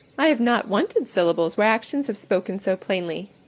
i have not wanted syllables where actions have spoken so plainly.